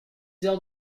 heures